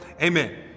Amen